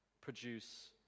produce